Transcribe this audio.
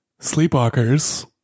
Sleepwalkers